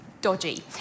dodgy